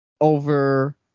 over